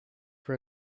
for